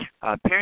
parents